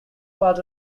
part